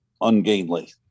ungainly